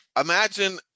Imagine